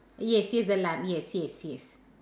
yes the lamb yes yes yes